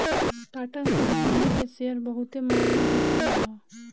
Tata company के share बहुते महंग बिकाईल हअ